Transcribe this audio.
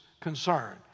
concern